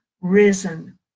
risen